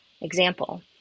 example